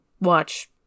watch